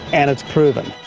and it's proven.